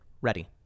ready